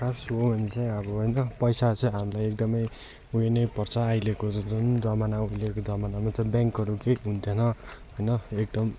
खास हो भने चाहिँ अब होइन पैसा चाहिँ हामीलाई एकदमै उयो नै पर्छ अहिलेको जुन जमाना उहिलेको जमानामा चाहिँ ब्याङ्कहरू केही हुने थिएन होइन एकदम